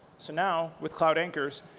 so now, with cloud anchors,